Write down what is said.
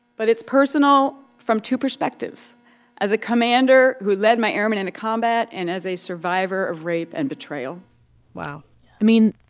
but it's personal from two perspectives as a commander who led my airmen into combat and as a survivor of rape and betrayal wow i mean,